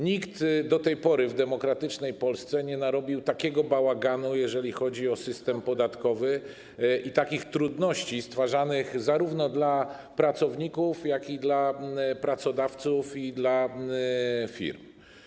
Nikt do tej pory w demokratycznej Polsce nie narobił takiego bałaganu, jeżeli chodzi o system podatkowy, i nie stworzył takich trudności zarówno dla pracowników, jak i dla pracodawców i dla firm.